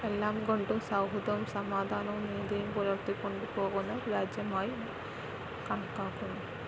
എല്ലാം കൊണ്ടും സൗഹൃദവും സമാധാനവും നീതിയും പുലർത്തിക്കൊണ്ട് പോകുന്ന രാജ്യമായി കണക്കാക്കുന്നുണ്ട്